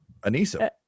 Anissa